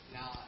now